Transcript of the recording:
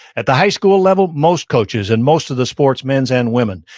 at the high school level, most coaches and most of the sports, men's and women.